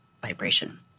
vibration